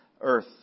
earth